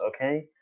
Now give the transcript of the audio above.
okay